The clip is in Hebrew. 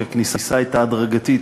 כי הכניסה הייתה הדרגתית,